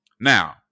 Now